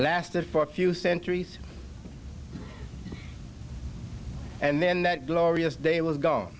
lasted for a few centuries and then that glorious day was gone